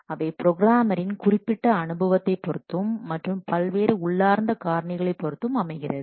அவை ப்ரோக்ராமரின் குறிப்பிட்ட அனுபவத்தை பொருத்தும் மற்றும் பல்வேறு உள்ளார்ந்த காரணிகளை பொருத்தும் அமைகிறது